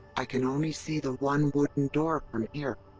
i can only see the one wooden door from here.